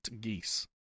geese